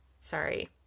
sorry